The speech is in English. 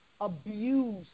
abuse